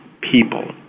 people